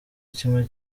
kimwe